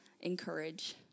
encourage